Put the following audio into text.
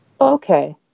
okay